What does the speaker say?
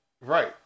right